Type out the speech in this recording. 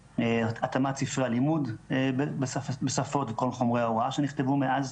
התאמת ספרי הלימוד בשפות וכל חומרי ההוראה שנכתבו מאז,